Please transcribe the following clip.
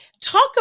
Talk